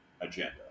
agenda